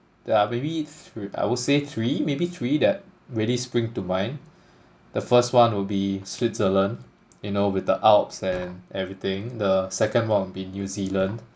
there are maybe thr~ I would say three maybe three that really spring to mind the first one will be Switzerland you know with the alps and everything the second one will be New Zealand